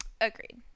agreed